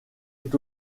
est